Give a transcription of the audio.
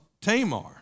Tamar